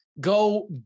go